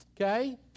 Okay